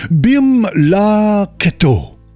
bim-la-keto